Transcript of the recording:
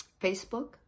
Facebook